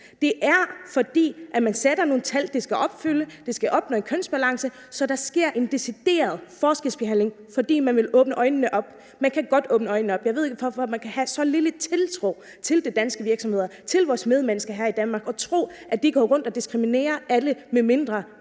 Det er, fordi man sætter nogle tal, der skal opfyldes, der skal opnås en kønsbalance, så der sker en decideret forskelsbehandling, fordi man vil åbne øjnene op. Man kan godt åbne øjnene op. Jeg ved ikke, hvorfor man kan have så lidt tiltro til de danske virksomheder, til vores medmennesker her i Danmark og tro, at de går rundt og diskriminerer alle, medmindre man